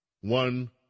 One